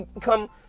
come